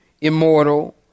Immortal